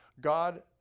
God